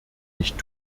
nicht